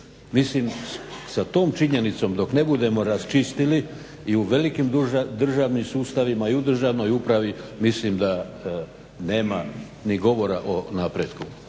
mislim sa tom činjenicom dok ne budemo raščistili i u velikim državnim sustavima i u državnoj upravi mislim da nema ni govora o napretku